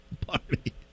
Party